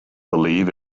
believe